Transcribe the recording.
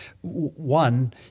One